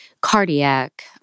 cardiac